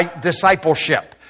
discipleship